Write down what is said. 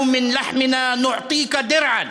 לוּ מבשרנו נתנו לך שריון,